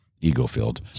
ego-filled